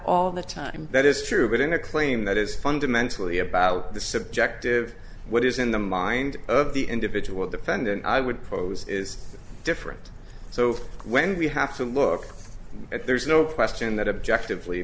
all the time that is true but in a clue game that is fundamentally about the subjective what is in the mind of the individual defendant i would pose is different so when we have to look at there's no question that objective le